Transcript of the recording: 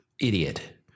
idiot